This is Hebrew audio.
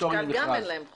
זה